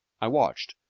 i watched,